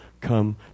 come